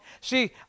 See